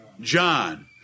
John